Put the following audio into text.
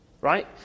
right